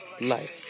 life